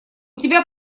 тебя